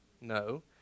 No